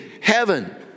heaven